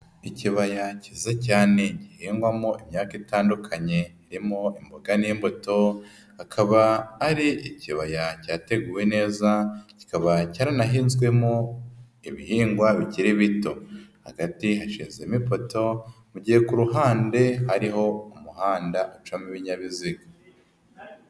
Ikibaya kiza cyane gihingwamo imyaka itandukanye irimo imboga n'imbuto, akaba ari ikibaya cyateguwe neza, kikaba cyaranahinzwemo ibihingwa bikiri bito. Hagati hashinzemo ipoto ,mu gihe ku ruhande hariho umuhanda ucamo ibinyabiziga.